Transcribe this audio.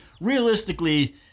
realistically